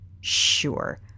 Sure